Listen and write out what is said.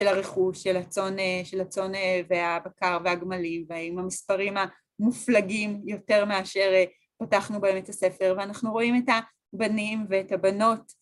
‫של הריכוש, של הצאן והבקר והגמלים, ‫עם המספרים המופלגים ‫יותר מאשר פתחנו בהם את הספר. ‫ואנחנו רואים את הבנים ואת הבנות.